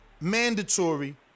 mandatory